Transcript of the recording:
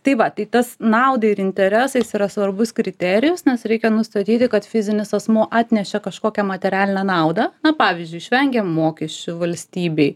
tai va tai tas naudai ir interesais yra svarbus kriterijus nes reikia nustatyti kad fizinis asmuo atnešė kažkokią materialinę naudą pavyzdžiui išvengė mokesčių valstybei